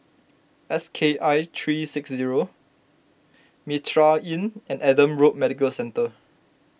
S K I three six zero Mitraa Inn and Adam Road Medical Centre